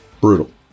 Brutal